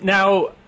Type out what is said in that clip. Now